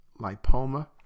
lipoma